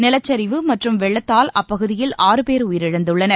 நிலச்சரிவு மற்றும் வெள்ளத்தால் அப்பகுதியில் ஆறு பேர் உயிரிழந்துள்ளனர்